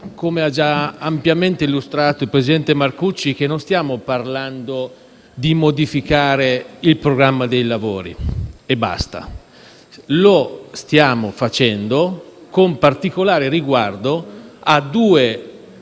(come ha già ampiamente illustrato il presidente Marcucci) che non stiamo parlando solo di modificare il programma dei lavori; lo stiamo facendo con particolare riguardo a due questioni